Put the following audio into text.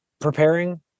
preparing